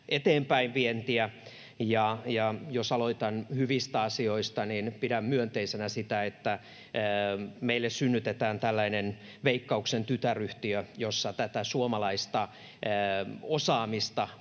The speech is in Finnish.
eteenpäinvientiä. Jos aloitan hyvistä asioista, niin pidän myönteisenä sitä, että meille synnytetään tällainen Veikkauksen tytäryhtiö, jossa tätä suomalaista osaamista